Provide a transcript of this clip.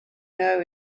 know